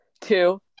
Two